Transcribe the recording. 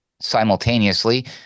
Simultaneously